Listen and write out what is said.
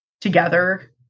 together